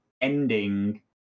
ending